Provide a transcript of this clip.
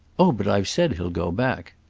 oh but i've said he'll go back.